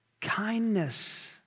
Kindness